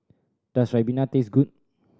does ribena taste good